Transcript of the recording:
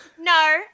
no